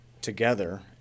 together